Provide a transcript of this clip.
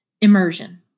Immersion